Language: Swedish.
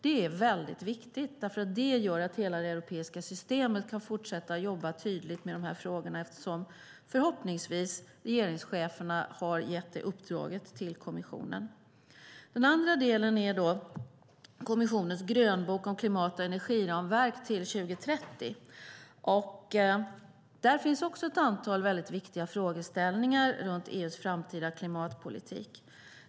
Det är väldigt viktigt, därför att det gör att hela det europeiska systemet kan fortsätta jobba tydligt med de här frågorna eftersom förhoppningsvis regeringscheferna har gett det uppdraget till kommissionen. För det andra har vi kommissionens grönbok om klimat och energiramverk till 2030. Där finns också ett antal väldigt viktiga frågeställningar runt EU:s framtida klimatpolitik.